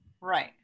Right